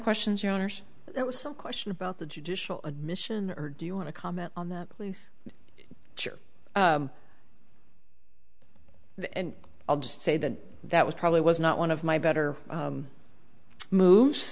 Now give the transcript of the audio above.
questions or owners there was some question about the judicial admission or do you want to comment on that and i'll just say that that was probably was not one of my better moves